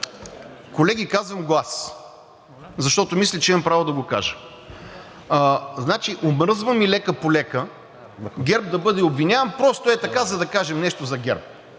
колеги, казвам го аз, защото мисля, че имам право да го кажа. Омръзва ми лека-полека ГЕРБ да бъде обвиняван просто ей така, за да кажем нещо за ГЕРБ.